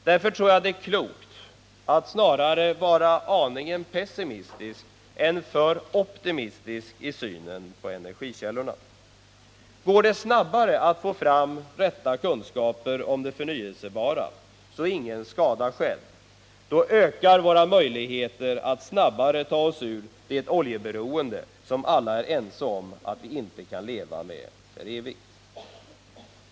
Därför tror jag att det är klokt att snarare vara aningen pessimistisk än för optimistisk i synen på energikällorna. Går det snabbare att få fram rätta kunskaper om de förnyelsebara energislagen, så är ingen skada skedd. Då ökar våra möjligheter att snabbare ta oss ur det oljeberoende som alla är ense om att vi inte kan leva med för evigt.